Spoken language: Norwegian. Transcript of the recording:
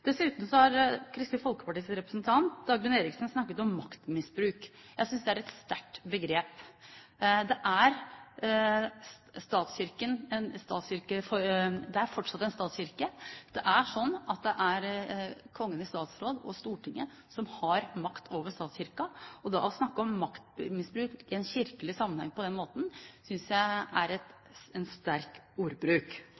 Dessuten har Kristelig Folkepartis representant, Dagrun Eriksen, snakket om maktmisbruk. Jeg synes det er et sterkt begrep. Det er fortsatt en statskirke. Det er slik at det er Kongen i statsråd og Stortinget som har makt over statskirken, og da å snakke om maktmisbruk i en kirkelig sammenheng på den måten synes jeg er